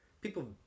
people